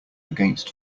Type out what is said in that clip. against